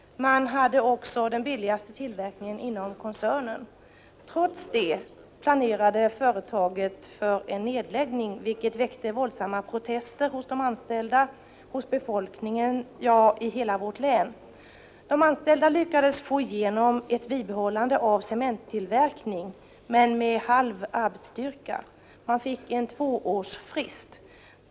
Man hade också den billigaste tillverkningen inom koncernen. Trots detta planerade företaget för en nedläggning, vilket väckte våldsamma protester hos de anställda, hos befolkningen, ja, i hela vårt län. De anställda lyckades få igenom ett bibehållande av cementtillverkning, men med halv arbetsstyrka. Man fick två års frist.